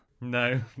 No